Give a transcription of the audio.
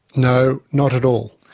no, not at all.